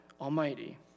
Almighty